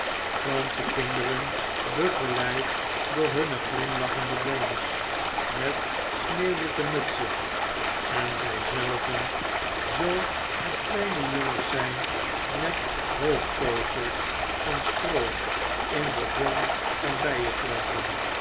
fransche kinderen begeleid door hunne glimlachende bonnes met sneeuwwitte mutsen en zy zelven zoo het kleine jongens zijn met hoofdtooisels van stroo in den vorm van